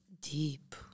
deep